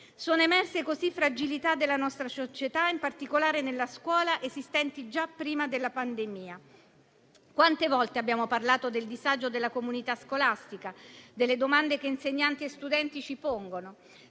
Sono emerse così fragilità della nostra società, in particolare nella scuola, esistenti già prima della pandemia. Quante volte abbiamo parlato del disagio della comunità scolastica e delle domande che insegnanti e studenti ci pongono?